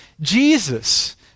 Jesus